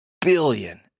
billion